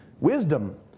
wisdom